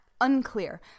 unclear